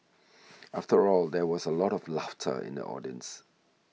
after all there was a lot of laughter in the audience